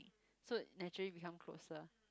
so naturally become closer